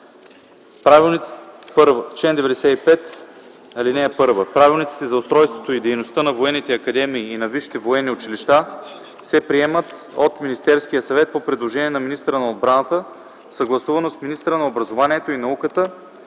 Правилниците за устройството и дейността на военните академии на висшите военни училища се приемат от Министерския съвет по предложение на министъра на отбраната, съгласувано с министъра на образованието и науката,